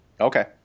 Okay